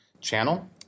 channel